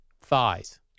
thighs